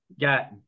got